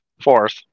Fourth